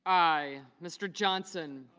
i. mr. johnson